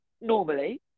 Normally